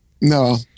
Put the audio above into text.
No